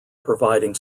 providing